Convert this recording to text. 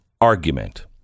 argument